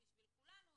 בשביל כולנו,